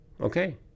okay